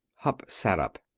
hupp sat up.